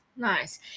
Nice